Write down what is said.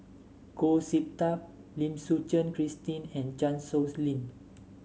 Goh Sin Tub Lim Suchen Christine and Chan Sow Lin